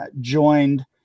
joined